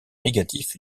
négatifs